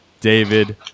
david